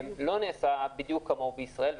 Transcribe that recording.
לא נעשה בדיוק כמוהו בישראל.